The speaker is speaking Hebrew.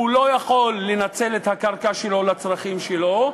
הוא לא יכול לנצל את הקרקע שלו לצרכים שלו,